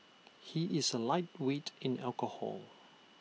he is A lightweight in alcohol